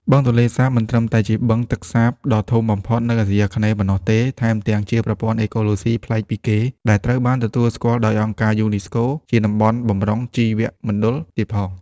បឹងទន្លេសាបមិនត្រឹមតែជាបឹងទឹកសាបដ៏ធំបំផុតនៅអាស៊ីអាគ្នេយ៍ប៉ុណ្ណោះទេ ថែមទាំងជាប្រព័ន្ធអេកូឡូស៊ីប្លែកពីគេ ដែលត្រូវបានទទួលស្គាល់ដោយអង្គការយូណេស្កូជាតំបន់បម្រុងជីវមណ្ឌលទៀតផង។